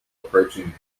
approaching